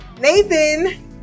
nathan